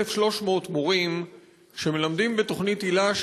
1,300 מורים שמלמדים בתוכנית היל"ה,